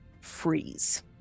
freeze